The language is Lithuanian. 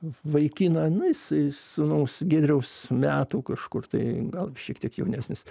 vaikiną nu jis sūnaus giedriaus metų kažkur tai gal šiek tiek jaunesnis